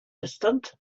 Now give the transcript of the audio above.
distant